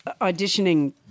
auditioning